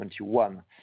2021